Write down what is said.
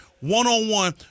one-on-one